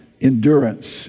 endurance